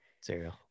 cereal